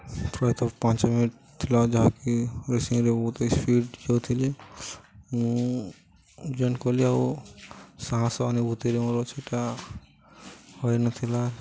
ପ୍ରାୟତଃ ପାଞ୍ଚ ମିନିଟ୍ ଥିଲା ଯାହାକି ରେସିଂରେ ବହୁତ ସ୍ପିଡ଼ ଯାଉଥିଲି ମୁଁ ଜଏନ୍ କଲି ଆଉ ସାହସ ଅନୁଭୂତିରେ ମୋର ସେଟା ହୋଇନଥିଲା